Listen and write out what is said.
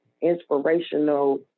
inspirational